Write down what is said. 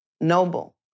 noble